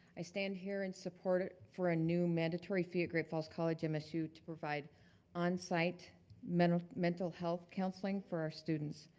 i stand here in support for a new mandatory fee at great falls college msu to provide onsite mental mental health counseling for our students.